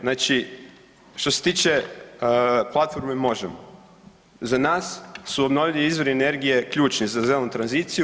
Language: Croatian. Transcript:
Znači, što se tiče platforme MOŽEMO za nas su obnovljivi izvori energije ključni za zelenu tranziciju.